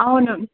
అవును